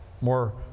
more